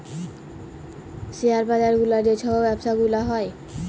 share বাজার গুলার যে ছব ব্যবছা গুলা হ্যয়